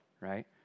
right